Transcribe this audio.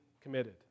committed